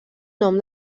nom